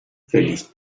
feliz